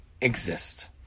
exist